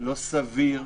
לא סביר.